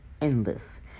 endless